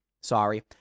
Sorry